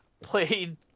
played